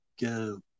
go